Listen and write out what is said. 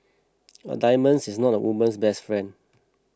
a diamond is not a woman's best friend